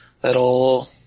that'll